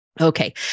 Okay